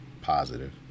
positive